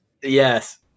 Yes